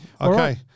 Okay